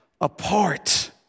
apart